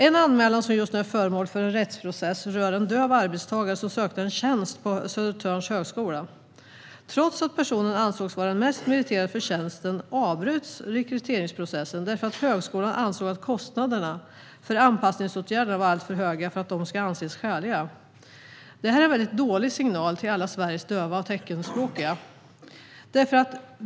En anmälan som just nu är föremål för rättsprocess rör en döv arbetstagare som sökte en tjänst på Södertörns högskola. Trots att personen ansågs vara den mest meriterade för tjänsten avbröts rekryteringsprocessen därför att högskolan ansåg att kostnaderna för anpassningsåtgärderna var alltför höga för att de skulle anses skäliga. Det är en väldigt dålig signal till alla Sveriges döva och teckenspråkiga.